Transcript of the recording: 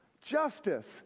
justice